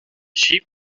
sheep